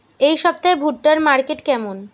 এই সপ্তাহে ভুট্টার মার্কেট কেমন?